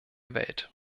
welt